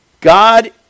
God